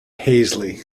paisley